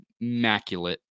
immaculate